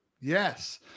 Yes